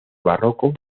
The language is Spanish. barroco